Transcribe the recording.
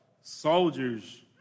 Soldiers